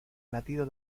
latido